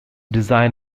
design